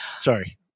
sorry